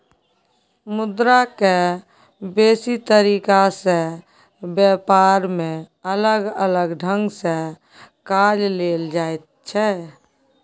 मुद्रा के बेसी तरीका से ब्यापार में अलग अलग ढंग से काज लेल जाइत छै